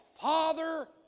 father